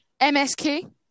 MSK